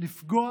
לפגוע